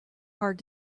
hard